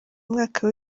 umwaka